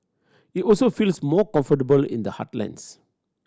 it also feels more comfortable in the heartlands